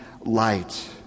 light